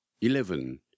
eleven